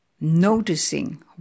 noticing